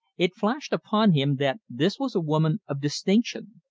it flashed upon him that this was a woman of distinction,